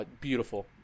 Beautiful